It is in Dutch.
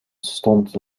stond